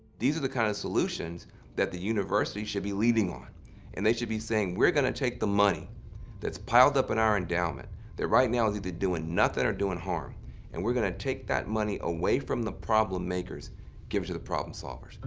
these are the kind of solutions that the university should be leading on and they should be saying, we're going to take the money that's piled up in our endowment that right now is either doing nothing or doing harm and we're going to take that money away from the problem makers and give it to the problem solvers.